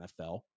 NFL